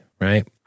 right